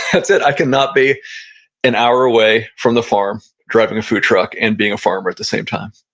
that's it. i cannot be an hour away from the farm driving a food truck and being a farmer at the same time.